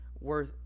worth